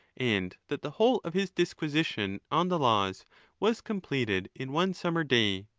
and that the whole of his disquisition on the laws was completed in one summer day.